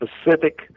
specific